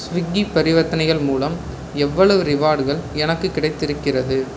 Swiggy பரிவர்த்தனைகள் மூலம் எவ்வளவு ரிவார்டுகள் எனக்குக் கிடைத்திருக்கிறது